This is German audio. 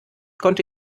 konnte